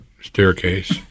staircase